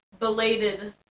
belated